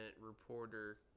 reporter